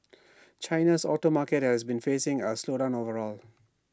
China's auto market has been facing A slowdown overall